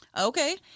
Okay